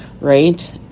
right